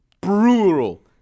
brutal